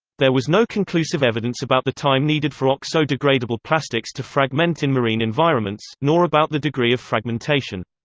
there was no conclusive evidence about the time needed for oxo-degradable plastics to fragment in marine environments, nor about the degree of fragmentation.